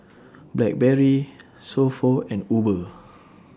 Blackberry So Pho and Uber